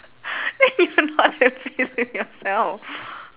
then you not at peace with yourself